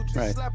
right